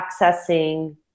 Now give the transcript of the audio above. accessing